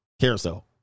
carousel